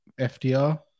FDR